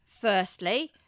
Firstly